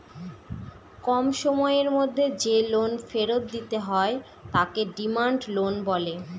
কম সময়ের মধ্যে যে লোন ফেরত দিতে হয় তাকে ডিমান্ড লোন বলে